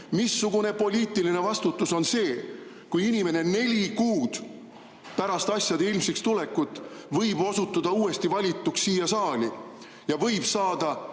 missugune poliitiline vastutus on see, kui inimene neli kuud pärast asjade ilmsiks tulekut võib osutuda uuesti valituks siia saali ja võib saada